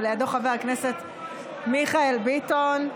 ולידו חבר הכנסת מיכאל ביטון.